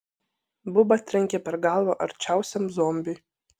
buba trenkė per galvą arčiausiam zombiui